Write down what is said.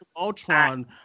Ultron